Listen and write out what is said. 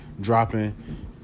dropping